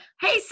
hey